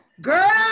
Girl